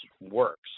works